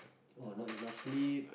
or not enough sleep